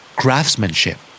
craftsmanship